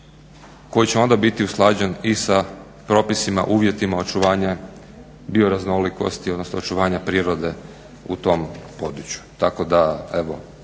koji će onda biti usklađen i sa propisima, uvjetima očuvanja bio raznolikosti odnosno očuvanja prirode u tom području. Tako da evo